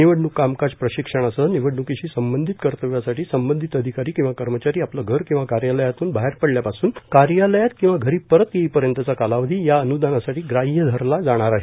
निवडणूक कामकाज प्रशिक्षणासह निवडण्कीशी संबंधित कर्तव्यासाठी संबंधित अधिकारी किंवा कर्मचारी आपलं घर किंवा कार्यालयातून बाहेर पडल्यापासूनए कार्यालयात किंवा घरी परत येईपर्यंतचा कालावधी या अन्दानासाठी ग्राह्य धरला जाणार आहे